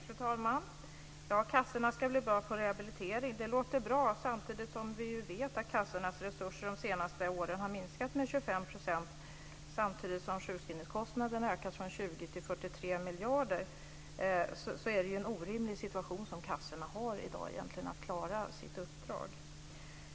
Fru talman! Ja, kassorna ska bli bra på rehabilitering. Det låter bra. Samtidigt vet vi ju att kassornas resurser de senaste åren har minskat med 25 % medan sjukskrivningskostnaden har ökat från 20 till 43 miljarder kronor. Då är det egentligen en orimlig situation som kassorna har i dag för att klara sitt uppdrag.